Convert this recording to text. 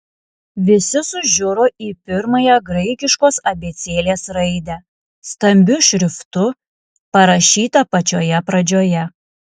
visi sužiuro į pirmąją graikiškos abėcėlės raidę stambiu šriftu parašytą pačioje pradžioje